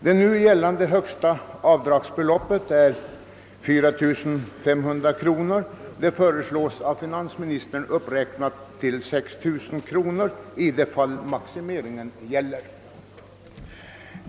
Det nu gällande högsta avdragsbeloppet är 4500 kronor och det föreslås av finansministern uppräknat till 6 000 kronor i de fall då maximeringen gäller.